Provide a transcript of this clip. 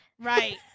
right